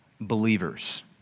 believers